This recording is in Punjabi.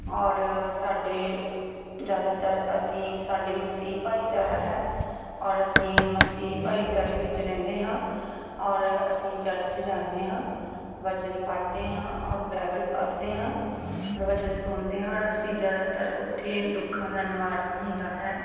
ਔਰ ਸਾਡੇ ਜ਼ਿਆਦਾਤਰ ਅਸੀਂ ਸਾਡੇ ਮਸੀਹ ਭਾਈਚਾਰਾ ਹੈ ਔਰ ਅਸੀਂ ਮਸੀਹ ਭਾਈਚਾਰੇ ਵਿੱਚ ਰਹਿੰਦੇ ਹਾਂ ਔਰ ਅਸੀਂ ਚਰਚ ਜਾਂਦੇ ਹਾਂ ਵਚਨ ਪੜ੍ਹਦੇ ਹਾਂ ਔਰ ਬਾਇਬਲ ਪੜ੍ਹਦੇ ਹਾਂ ਪ੍ਰਵਚਨ ਸੁਣਦੇ ਹਾਂ ਔਰ ਅਸੀਂ ਜ਼ਿਆਦਾਤਰ ਉੱਥੇ ਦੁੱਖਾਂ ਦਾ ਨਿਵਾਰਨ ਹੁੰਦਾ ਹੈ